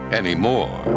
anymore